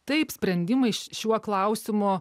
taip sprendimai š šiuo klausimu